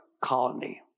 colony